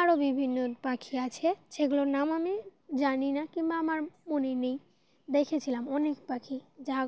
আরও বিভিন্ন পাখি আছে সেগুলোর নাম আমি জানি না কিংবা আমার মনে নেই দেখেছিলাম অনেক পাখি যা